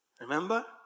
remember